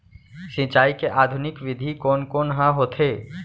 सिंचाई के आधुनिक विधि कोन कोन ह होथे?